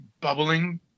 bubbling